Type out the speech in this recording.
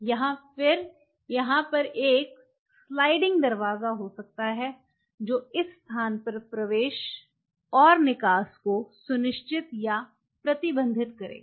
या फिर यहाँ पर एक स्लाइडिंग दरवाज़ा हो सकता है जो इस स्थान पर प्रवेश और निकास को सुनिश्चित या प्रतिबंधित करेगा